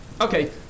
Okay